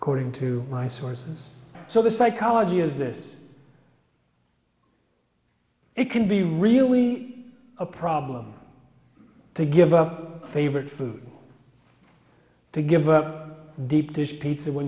according to my sources so the psychology is this it can be really a problem to give up favorite food to give a deep dish pizza when